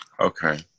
Okay